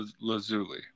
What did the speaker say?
Lazuli